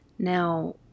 now